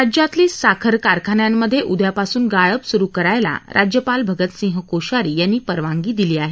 राज्यातले साखर कारखान्यांमधे उद्यापासून गाळप सूरु करायला राज्यपाल भगतसिंग कोश्यारी यांनी परवानगी दिली आहे